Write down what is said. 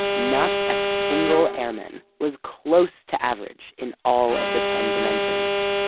not a single airman was close to average in all of the ten dimensions.